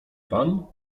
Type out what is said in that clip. pan